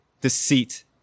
deceit